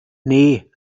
nee